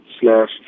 slash